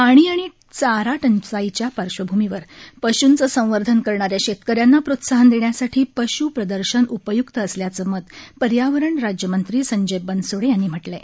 पाणी आणि चारा टंचाईच्या पार्श्वभूमीवर पशूंचं संवर्धन करणाऱ्या शेतकऱ्यांना प्रोत्साहन देण्यासाठी पश् प्रदर्शन उपय्क्त असल्याचं मत पर्यावरण राज्यमंत्री संजय बनसोडे यांनी म्हटलं आहे